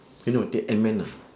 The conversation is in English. eh no take antman ah